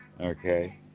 Okay